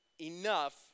enough